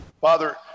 Father